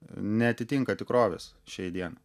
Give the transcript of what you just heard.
neatitinka tikrovės šiai dienai